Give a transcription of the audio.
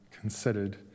considered